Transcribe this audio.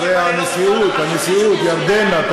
אז זה כנראה הנשיאות, הנשיאות, ירדנה.